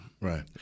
right